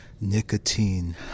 nicotine